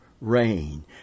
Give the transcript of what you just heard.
rain